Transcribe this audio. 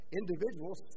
individuals